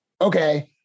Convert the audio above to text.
okay